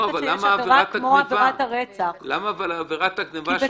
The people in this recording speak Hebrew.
ברגע שיש עבירה כמו עבירת הרצח --- למה עבירת הגניבה שהוא